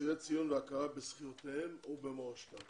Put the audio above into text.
לאסירי ציון והכרה בזכויותיהם ובמורשתם